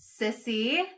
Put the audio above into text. Sissy